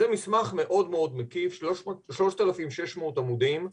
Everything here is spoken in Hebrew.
זה מסמך מאוד מקיף, 3,600 עמודים.